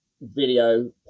video